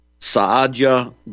Saadia